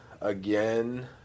again